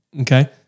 Okay